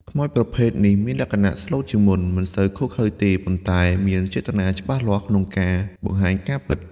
ខ្មោចប្រភេទនេះមានលក្ខណៈស្លូតជាងមុន មិនសូវឃោរឃៅទេ ប៉ុន្តែមានចេតនាច្បាស់លាស់ក្នុងការ បង្ហាញការពិត។